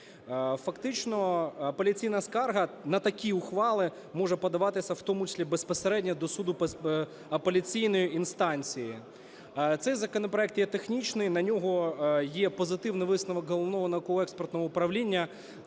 Фактично апеляційна скарга на такі ухвали може подаватися в тому числі безпосередньо до суду апеляційної інстанції. Цей законопроект є технічний, на нього є позитивний висновок Головного науково-експертного управління.